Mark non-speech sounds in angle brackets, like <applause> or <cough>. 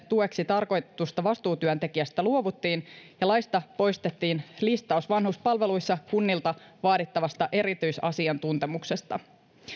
<unintelligible> tueksi tarkoitetusta vastuutyöntekijästä luovuttiin ja laista poistettiin listaus vanhuspalveluissa kunnilta vaadittavasta erityisasiantuntemuksesta